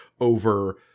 over